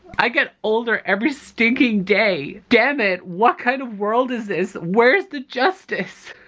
i get older every stinking day damn it what kind of world is this where's the justice